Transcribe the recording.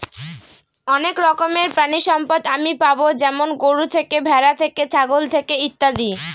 অনেক রকমের প্রানীসম্পদ আমি পাবো যেমন গরু থেকে, ভ্যাড়া থেকে, ছাগল থেকে ইত্যাদি